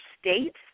states